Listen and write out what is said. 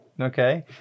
Okay